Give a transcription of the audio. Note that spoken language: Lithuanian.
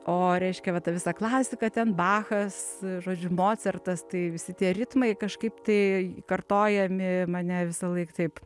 o reiškia va ta visa klasika ten bachas žodžiu mocartas tai visi tie ritmai kažkaip tai kartojami mane visąlaik taip